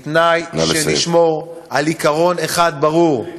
בתנאי שנשמור על עיקרון אחד ברור: